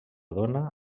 dona